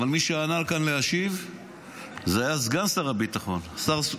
אבל מי שעלה לכאן להשיב היה סגן שר הביטחון אז,